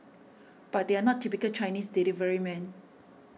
but they're not typical Chinese deliverymen